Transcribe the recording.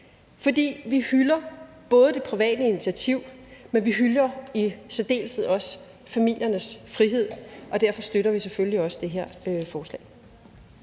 Vi hylder både det private initiativ, men vi hylder i særdeleshed også familiernes frihed. Derfor støtter vi selvfølgelig også det her forslag.